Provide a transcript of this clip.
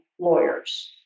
lawyers